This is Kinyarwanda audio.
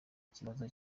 ikibazo